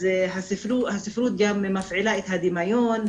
הספרות גם מפעילה את הדמיון,